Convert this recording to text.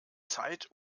zeit